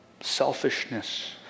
selfishness